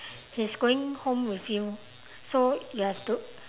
he's going home with you so you have to